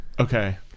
Okay